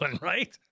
right